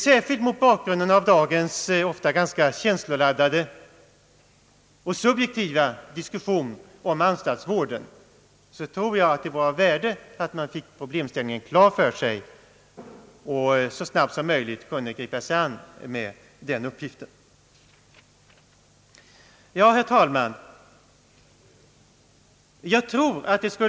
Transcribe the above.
Särskilt mot bakgrunden av dagens ofta ganska känsloladdade och subjektiva diskussion om anstaltsvården tror jag att det vore av värde, att man fick problemställningen klar för sig och så snabbt som möjligt kunde gripa sig an med den uppgiften. Herr talman!